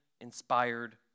inspired